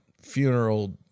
funeral